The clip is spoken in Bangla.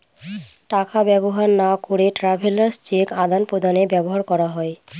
টাকা ব্যবহার না করে ট্রাভেলার্স চেক আদান প্রদানে ব্যবহার করা হয়